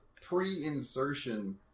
pre-insertion